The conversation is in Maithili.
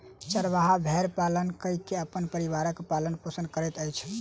चरवाहा भेड़ पालन कय के अपन परिवारक पालन पोषण करैत अछि